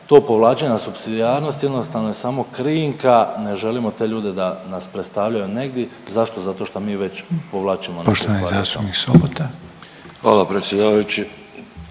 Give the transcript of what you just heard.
to povlačena supsidijarnost jednostavno je samo krinka ne želimo te ljude da nas predstavljaju negdi. Zašto? Zato što mi već povlačimo …/Govornik se ne razumije./…